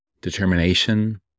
determination